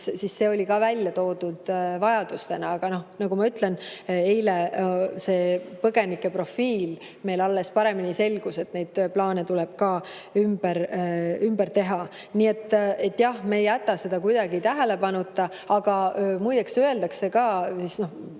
siis see oli ka välja toodud vajadusena, aga nagu ma ütlen, eile see põgenike profiil meil alles paremini selgus, neid plaane tuleb ka ümber teha. Nii et jah, me ei jäta seda kuidagi tähelepanuta. Aga muideks, kui küsitakse,